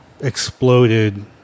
exploded